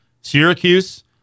Syracuse